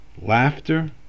laughter